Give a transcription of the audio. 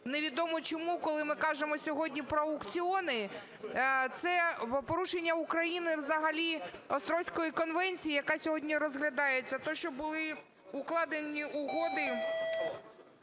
Невідомо чому, коли ми кажемо сьогодні про аукціони, це порушення Україною взагалі Оргуської конвенції, яка сьогодні розглядається, те, що були укладені угоди